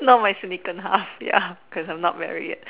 you know my significant half ya cause I'm not marry yet